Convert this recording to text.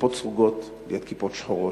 כיפות סרוגות ליד כיפות שחורות,